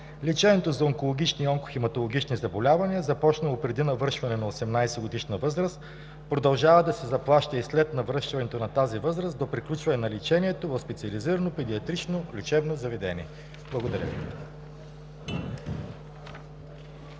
„Лечението за онкологични и онкохематологични заболявания, започнало преди навършване на 18-годишна възраст, продължава да се заплаща и след навършването на тази възраст до приключване на лечението в специализирано педиатрично лечебно заведение“. Благодаря Ви.